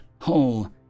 whole